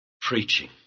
preaching